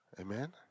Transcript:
Amen